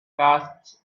casts